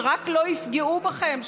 שרק לא יפגעו בכם,